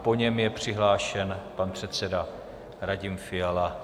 Po něm je přihlášen pan předseda Radim Fiala.